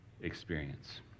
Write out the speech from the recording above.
experience